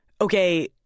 Okay